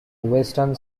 western